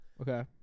Okay